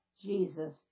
Jesus